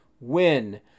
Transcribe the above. Win